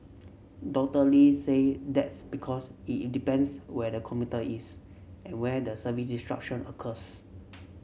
Doctor Lee say that's because it it depends where the commuter is and where the service disruption occurs